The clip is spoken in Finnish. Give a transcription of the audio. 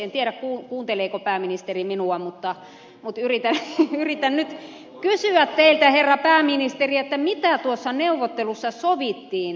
en tiedä kuunteleeko pääministeri minua mutta yritän nyt kysyä teiltä herra pääministeri mitä tuossa neuvottelussa sovittiin